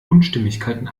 unstimmigkeiten